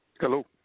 Hello